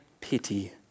pity